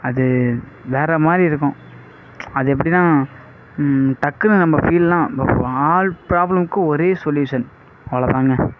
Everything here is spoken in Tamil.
அது வேற மாதிரி இருக்கும் அது எப்படின்னா டக்குன்னு நம்ம ஃபீலெல்லாம் நம்ம ஆல் பிராப்ளமுக்கும் ஒரே சொல்யூஷன் அவ்வளோ தாங்க